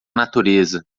natureza